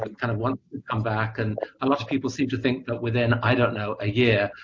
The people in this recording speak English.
like kind of wants to come back and a lot of people seem to think that within, i don't know, a year,